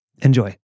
Enjoy